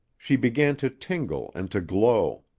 she began to tingle and to glow.